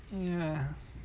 ya